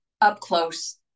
up-close